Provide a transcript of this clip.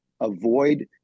avoid